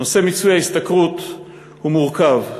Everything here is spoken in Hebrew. נושא מיצוי ההשתכרות הוא מורכב.